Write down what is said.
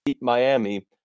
Miami